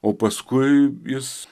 o paskui jis